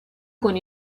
con